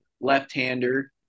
left-hander